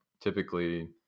Typically